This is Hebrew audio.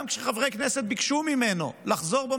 גם כשחברי כנסת ביקשו ממנו לחזור בו